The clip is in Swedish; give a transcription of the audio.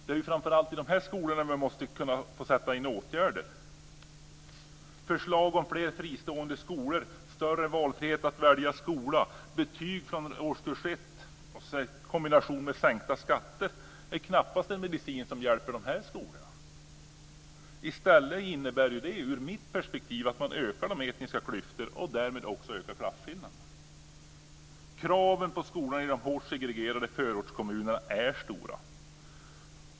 Det är framför allt i de skolorna man måste få kunna sätta in åtgärder. Förslag om fler fristående skolor, större valfrihet att välja skola, betyg från årskurs 1 i kombination med sänkta skatter är knappast den medicin som hjälper de skolorna. I stället innebär det, ur mitt perspektiv, att man ökar de etniska klyftorna och därmed också ökar klasskillnaderna. Kraven på skolorna i de hårt segregerade förortskommunerna är stora.